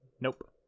Nope